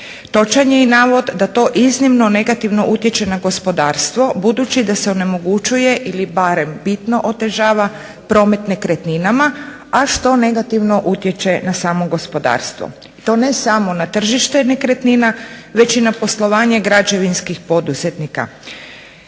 Točan je i navod da to iznimno negativno utječe na gospodarstvo budući da se onemogućuje ili barem bitno otežava promet nekretnina, a što negativno utječe na samo gospodarstvo i to ne samo na tržište nekretnina već i na poslovanje građevinskih poduzetnika.